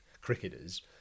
cricketers